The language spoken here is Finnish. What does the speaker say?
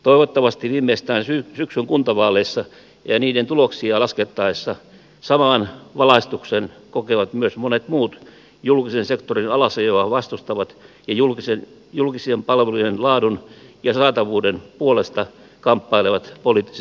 toivottavasti viimeistään syksyn kuntavaaleissa ja niiden tuloksia laskettaessa saman valaistuksen kokevat myös monet muut julkisen sektorin alasajoa vastustavat ja julkisten palvelujen laadun ja saatavuuden puolesta kamppailevat poliittiset voimat